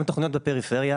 גם תוכניות בפריפריה.